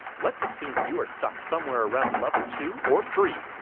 let's assume you are stuck somewhere around level two or three.